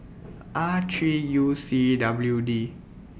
R three U C W D